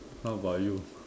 how about you